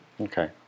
Okay